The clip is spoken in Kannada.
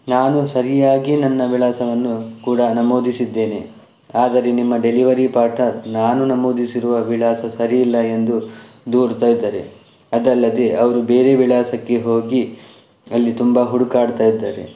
ನಾನು ಸರಿಯಾಗಿ ನನ್ನ ವಿಳಾಸವನ್ನು ಕೂಡ ನಮೂದಿಸಿದ್ದೇನೆ ಆದರೆ ನಿಮ್ಮ ಡೆಲಿವರಿ ಪಾರ್ಟ್ನರ್ ನಾನು ನಮೂದಿಸಿರುವ ವಿಳಾಸ ಸರಿಯಿಲ್ಲ ಎಂದು ದೂರ್ತಾ ಇದ್ದಾರೆ ಅದಲ್ಲದೆ ಅವರು ಬೇರೆ ವಿಳಾಸಕ್ಕೆ ಹೋಗಿ ಅಲ್ಲಿ ತುಂಬ ಹುಡುಕಾಡ್ತಾ ಇದ್ದಾರೆ